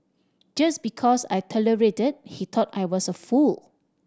just because I tolerated he thought I was a fool